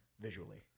Visually